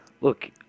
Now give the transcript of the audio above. Look